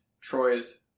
Troy's